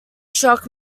shock